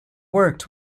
worked